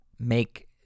make